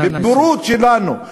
בבורות שלנו,